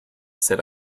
said